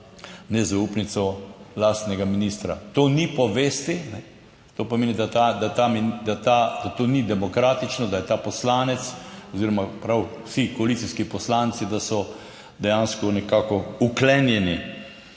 nezaupnico lastnega ministra. To ni po vesti. To pomeni, da to ni demokratično, da je ta poslanec oziroma prav vsi koalicijski poslanci, da so dejansko nekako vklenjeni.